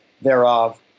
thereof